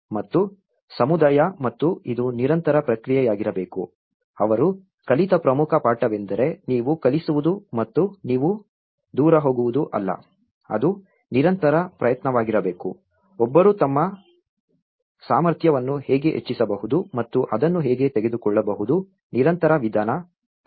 ಮತ್ತು ಸಮುದಾಯ ಮತ್ತು ಇದು ನಿರಂತರ ಪ್ರಕ್ರಿಯೆಯಾಗಿರಬೇಕು ಅವರು ಕಲಿತ ಪ್ರಮುಖ ಪಾಠವೆಂದರೆ ನೀವು ಕಲಿಸುವುದು ಮತ್ತು ನೀವು ದೂರ ಹೋಗುವುದು ಅಲ್ಲ ಅದು ನಿರಂತರ ಪ್ರಯತ್ನವಾಗಿರಬೇಕು ಒಬ್ಬರು ತಮ್ಮ ಸಾಮರ್ಥ್ಯವನ್ನು ಹೇಗೆ ಹೆಚ್ಚಿಸಬಹುದು ಮತ್ತು ಅದನ್ನು ಹೇಗೆ ತೆಗೆದುಕೊಳ್ಳಬಹುದು ನಿರಂತರ ವಿಧಾನ